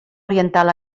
oriental